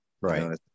Right